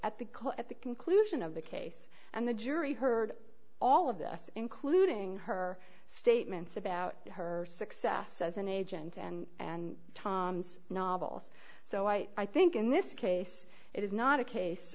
call at the conclusion of the case and the jury heard all of this including her statements about her success as an agent and tom's novel so i think in this case it is not a case